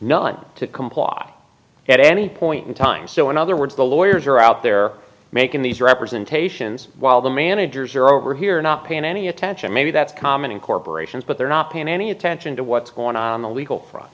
not to comply at any point in time so in other words the lawyers are out there making these representations while the managers are over here not paying any attention maybe that's common in corporations but they're not paying any attention to what's going on the legal